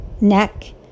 neck